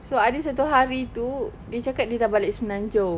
so ada satu hari itu dia cakap dia sudah balik semenanjung